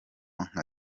nka